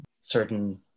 certain